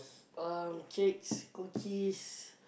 uh cakes cookies